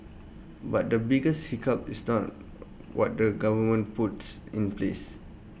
but the biggest hiccup is not what the government puts in place